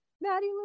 Maddie